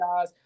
guys